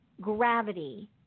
gravity